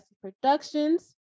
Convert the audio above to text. productions